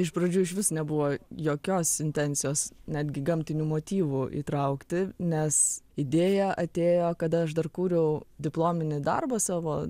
iš pradžių išvis nebuvo jokios intencijos netgi gamtinių motyvų įtraukti nes idėja atėjo kada aš dar kūriau diplominį darbą savo